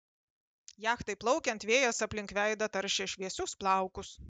jachtai plaukiant vėjas aplink veidą taršė šviesius plaukus